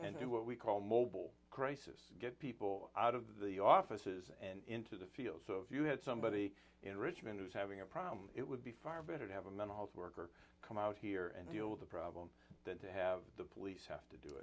and do what we call mobile crisis get people out of the offices and into the field so if you had somebody in richmond who's having a problem it would be far better to have a mental health worker come out here and deal with the problem than to have the police